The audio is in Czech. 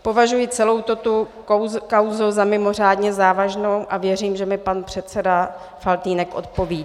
Považuji celou tuto kauzu za mimořádně závažnou a věřím, že mi pan předseda Faltýnek odpoví.